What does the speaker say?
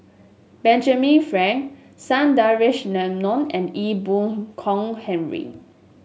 Benjamin Frank Sundaresh Menon and Ee Boon Kong Henry